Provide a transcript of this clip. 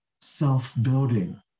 self-building